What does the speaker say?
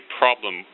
problem